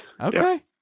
Okay